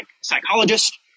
psychologist